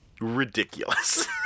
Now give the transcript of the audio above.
Ridiculous